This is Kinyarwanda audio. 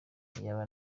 iyaba